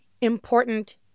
important